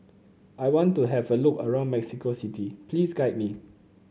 I want to have a look around Mexico City please guide me